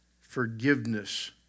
Forgiveness